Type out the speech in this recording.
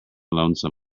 lonesome